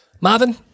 Marvin